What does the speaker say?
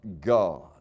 God